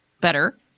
better